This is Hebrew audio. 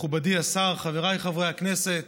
מכובדי השר, חבריי חברי הכנסת,